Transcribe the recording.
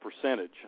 percentage